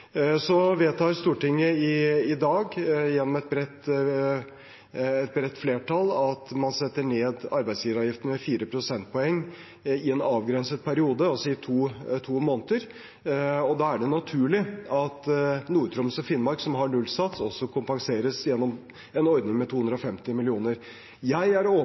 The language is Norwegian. vedtar i dag, gjennom et bredt flertall, at man setter ned arbeidsgiveravgiften med 4 prosentpoeng i en avgrenset periode, altså i to måneder. Da er det naturlig at Nord-Troms og Finnmark, som har nullsats, også kompenseres gjennom en ordning med 250 mill. kr. Jeg er